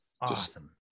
awesome